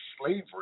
slavery